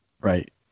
Right